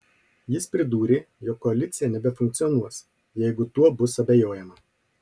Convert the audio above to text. jis pridūrė jog koalicija nebefunkcionuos jeigu tuo bus abejojama